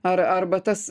ar arba tas